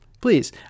please